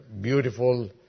beautiful